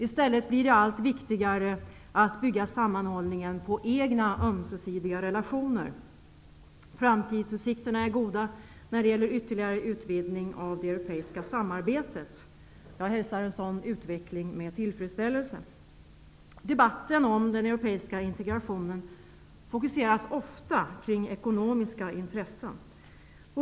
I stället blir det allt viktigare att bygga sammanhållningen på egna ömsesidiga relationer. Framtidsutsikterna är goda när det gäller ytterligare utvidgning av det europeiska samarbetet. Jag hälsar en sådan utveckling med tillfredsställelse. Debatten om den europeiska integrationen fokuseras ofta kring ekonomiska intressen.